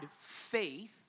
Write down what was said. faith